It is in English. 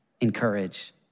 encourage